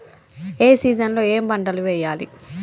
ఏ season లో ఏం పంటలు వెయ్యాలి?